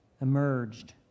emerged